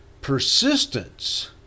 persistence